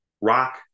rock